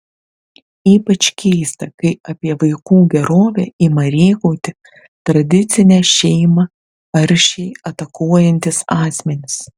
ypač keista kai apie vaikų gerovę ima rėkauti tradicinę šeimą aršiai atakuojantys asmenys